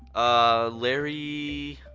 ah larryyy.